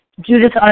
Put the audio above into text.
Judith